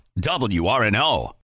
WRNO